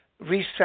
reset